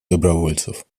добровольцев